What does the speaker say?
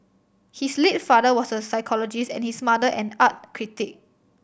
his late father was a psychologist and his mother an art critic